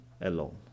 alone